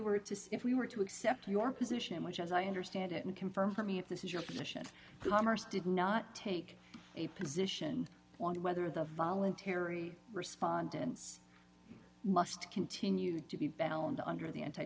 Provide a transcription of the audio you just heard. see if we were to accept your position which as i understand it and confirm for me if this is your position commerce did not take a position on whether the voluntary respondents must continue to be bound under the anti